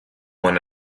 one